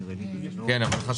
כן.